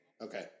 Okay